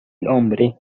hombre